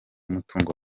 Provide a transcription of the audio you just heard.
mutungo